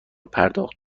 پرداخت